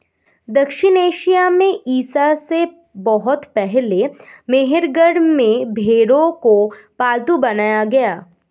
दक्षिण एशिया में ईसा से बहुत पहले मेहरगढ़ में भेंड़ों को पालतू बनाया गया